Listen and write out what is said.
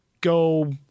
go